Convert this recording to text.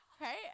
right